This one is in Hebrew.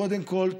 קודם כול,